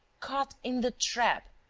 caught in the trap.